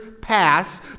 pass